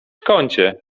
kącie